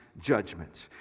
judgment